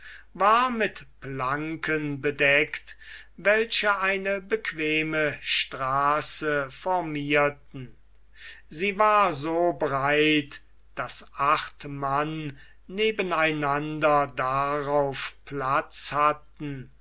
war mit planken bedeckt welche eine bequeme straße formierten sie war so breit daß acht mann nebeneinander darauf platz hatten